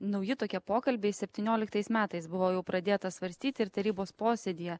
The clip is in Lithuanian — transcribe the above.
nauji tokie pokalbiai septynioliktais metais buvo jau pradėta svarstyti ir tarybos posėdyje